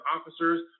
officers